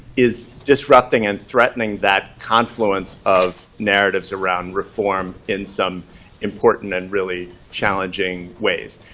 is disrupting and threatening that confluence of narratives around reform in some important and really challenging ways.